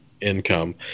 income